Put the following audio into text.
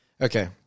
Okay